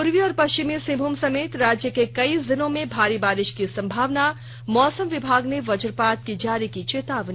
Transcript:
पूर्वी और पश्चिमी सिंहभूम समेत राज्य के कई जिलों में भारी बारिश की संभावना मौसम विभाग ने वज्रपात की जारी की चेतावनी